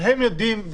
שהם יודעים,